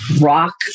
rock